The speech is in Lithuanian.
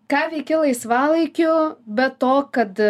ką veiki laisvalaikiu be to kad